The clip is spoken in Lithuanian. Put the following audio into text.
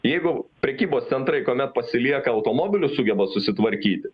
jeigu prekybos centrai kuomet pasilieka automobilius sugeba susitvarkyti